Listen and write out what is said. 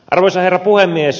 arvoisa herra puhemies